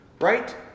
right